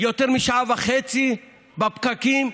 יותר משעה וחצי בפקקים,